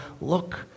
look